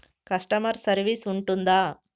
Customer service ఉంటుందా?